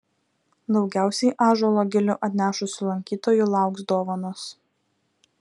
daugiausiai ąžuolo gilių atnešusių lankytojų lauks dovanos